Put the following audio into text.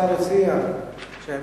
השר הציע שהמשך